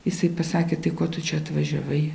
jisai pasakė tai ko tu čia atvažiavai